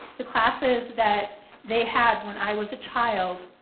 the classes that they had when i was a child.